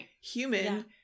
human